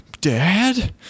dad